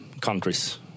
countries